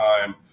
time